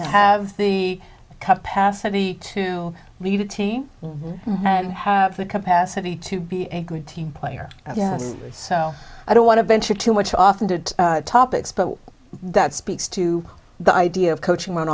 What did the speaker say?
have the capacity to lead a team and have the capacity to be a good team player so i don't want to venture too much often to topics but that speaks to the idea of coaching